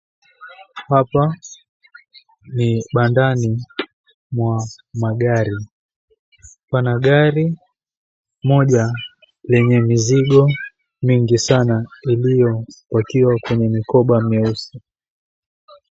Hapa ni bandani mwa magari, pana gari moja yenye mizigo mingi sana iliyopakiwa kwenye mikoba meusi.